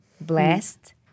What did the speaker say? Blessed